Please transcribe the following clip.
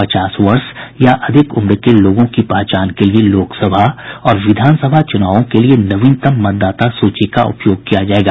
पचास वर्ष या अधिक उम्र के लोगों की पहचान के लिए लोकसभा और विधानसभा चुनावों के लिए नवीनतम मतदाता सूची का उपयोग किया जाएगा